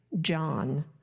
John